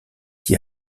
qui